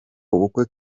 ubukwe